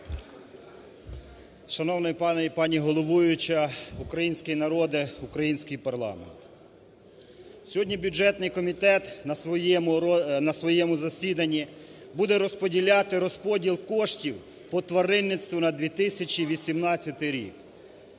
Шановний пане і пані головуюча, український народе, український парламент! Сьогодні бюджетний комітет на своєму засіданні буде розподіляти розподіл коштів по тваринництву на 2018 рік.